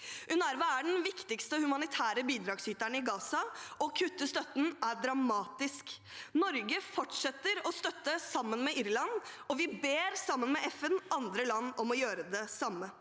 UNRWA er den viktigste humanitære bidragsyteren i Gaza, og å kutte støtten er dramatisk. Norge fortsetter å støtte dem, sammen med Irland, og sammen med FN ber vi andre land om å gjøre det samme.